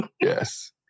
Yes